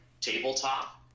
tabletop